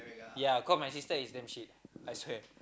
ya cause my sister is damm shit I swear